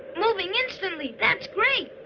moving instantly, that's great.